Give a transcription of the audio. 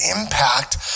impact